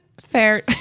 fair